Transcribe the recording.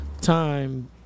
time